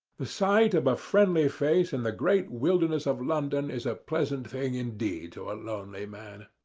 the sight of a friendly face in the great wilderness of london is a pleasant thing indeed to a lonely man.